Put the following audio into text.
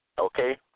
Okay